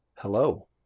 Hello